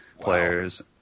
players